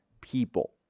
people